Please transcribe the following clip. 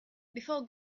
before